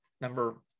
number